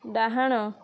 ଡାହାଣ